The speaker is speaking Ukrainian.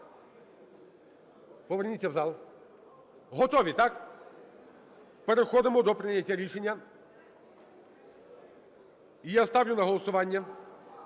Поверніться в зал. Готові, так? Переходимо до прийняття рішення. І я ставлю на голосування